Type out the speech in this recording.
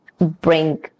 bring